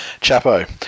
Chapo